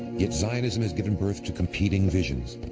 yet zionism has given birth to competing visions,